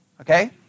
Okay